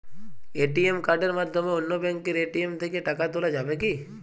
ATM কার্ডের মাধ্যমে অন্য ব্যাঙ্কের এ.টি.এম থেকে টাকা তোলা যাবে কি?